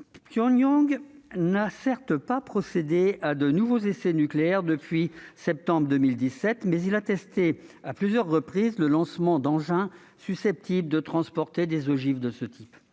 La Corée du Nord n'a certes pas réalisé de nouveaux essais nucléaires depuis septembre 2017, mais elle a testé à plusieurs reprises le lancement d'engins susceptibles de transporter des ogives nucléarisées.